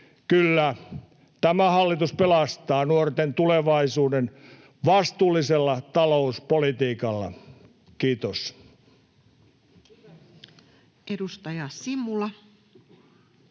Kyllä tämä hallitus pelastaa nuorten tulevaisuuden vastuullisella talouspolitiikalla. — Kiitos.